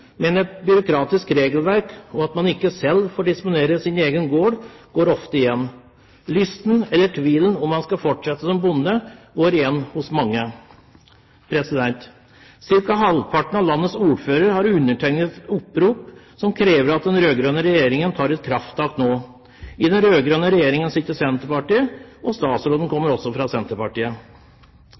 men et byråkratisk regelverk, og at man ikke selv får disponere sin egen gård, går ofte igjen. Tvilen på om man har lyst til å fortsette som bonde, går igjen hos mange. Ca. halvparten av landets ordførere har undertegnet opprop som krever at den rød-grønne regjeringen tar et krafttak nå. I den rød-grønne regjeringen sitter Senterpartiet, og statsråden kommer også fra Senterpartiet.